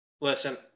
Listen